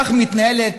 כך מתנהלת